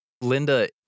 Linda